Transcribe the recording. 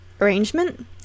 arrangement